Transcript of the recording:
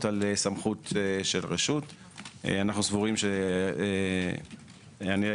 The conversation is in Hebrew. זה לא קיים בשום מדינה בעולם שיש בה הסדר כזה של שקיות כי זה חלק